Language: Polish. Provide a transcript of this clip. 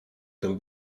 tym